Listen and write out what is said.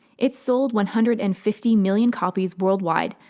it's sold one hundred and fifty million copies worldwide,